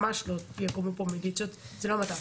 ממש לא יקומו פה מיליציות, זה לא מד"ב.